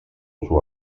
suo